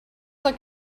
look